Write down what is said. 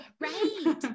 Right